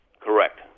Correct